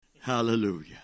Hallelujah